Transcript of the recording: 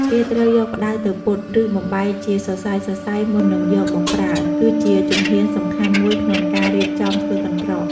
គេត្រូវយកផ្ដៅទៅពត់ ឬបំបែកជាសរសៃៗមុននឹងយកមកប្រើ គឺជាជំហានសំខាន់មួយក្នុងការរៀបចំធ្វើកន្រ្តក។